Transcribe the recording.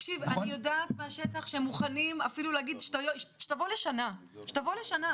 מהשטח אני יודעת שהם מוכנים אפילו שתבוא לשנה ותלך,